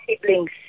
siblings